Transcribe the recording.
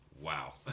wow